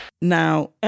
Now